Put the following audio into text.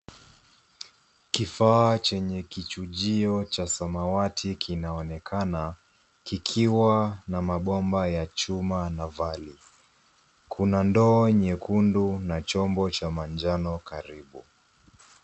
Kifaa Chenye kichujio cha samawati kinaonekana kikiwa na mapomba ya chuma nafali. Kuna ndoo nyekundu na chombo cha manjano karibu.